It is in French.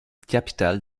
capitale